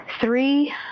three